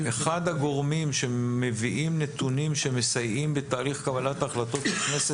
--- אחד הגורמים שמביאים נתונים שמסייעים בתהליך קבלת ההחלטות לכנסת,